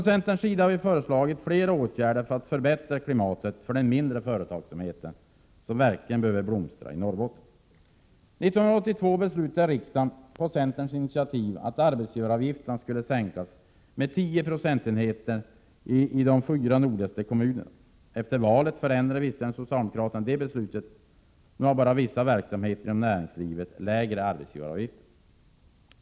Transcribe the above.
Centern har föreslagit flera åtgärder för att förbättra klimatet för den mindre företagsamheten, som verkligen behöver blomstra i Norrbotten. År 1982 beslutade riksdagen på centerns initiativ att arbetsgivaravgifterna skulle sänkas med 10 procentenheter i de fyra nordligaste kommunerna. Efter valet förändrade visserligen socialdemokraterna det beslutet. Nu har bara vissa verksamheter inom näringslivet lägre arbetsgivaravgifter.